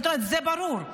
זה ברור,